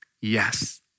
Yes